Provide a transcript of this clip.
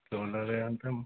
jewellery అంటే